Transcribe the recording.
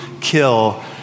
kill